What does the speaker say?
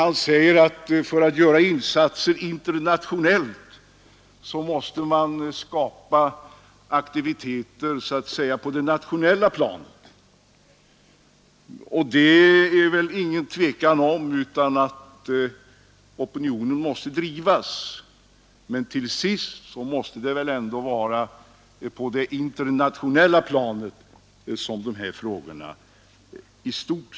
Han säger att man för att göra insatser internationellt måste skapa aktivitet på det nationella planet. Ja, det är väl inget tvivel om att opinionen måste förberedas på detta plan, men till sist måste det väl ändå vara på det internationella planet som dessa frågor skall lösas i stort.